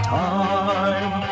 time